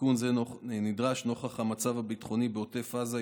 תיקון זה נדרש נוכח המצב הביטחוני בעוטף עזה,